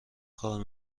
کار